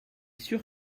sûr